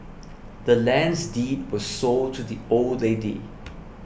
the land's deed was sold to the old lady